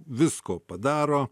visko padaro